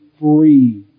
free